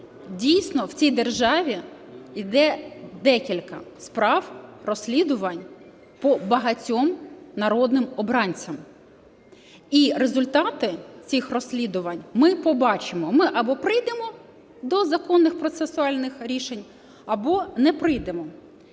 дійсно в цій державі йде декілька справ, розслідувань по багатьох народним обранцям. І результати цих розслідувань ми побачимо: ми або прийдемо до законних процесуальних рішень, або не прийдемо.